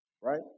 Right